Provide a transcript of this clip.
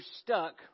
stuck